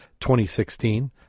2016